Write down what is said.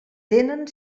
tenen